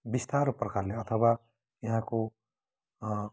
बिस्तारो प्रकारले अथवा यहाँको